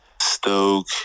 Stoke